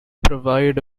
provide